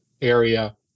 area